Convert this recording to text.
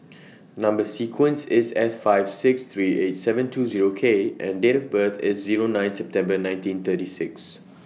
Number sequence IS S five six three eight seven two Zero K and Date of birth IS Zero nine September nineteen thirty six